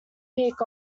peak